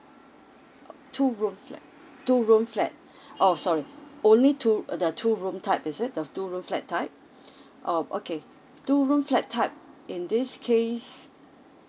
two room flat two room flat oh sorry only two the two room type is it the two room flat type oh okay two room flat type in this case